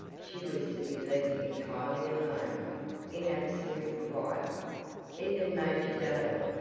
she was to be left entirely alone, in absolute quiet even major dale,